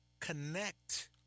connect